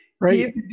Right